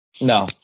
No